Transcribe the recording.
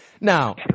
Now